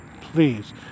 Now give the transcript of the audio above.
please